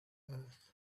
earth